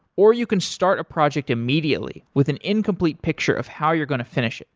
or you can start a project immediately with an incomplete picture of how you're going to finish.